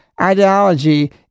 ideology